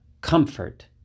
comfort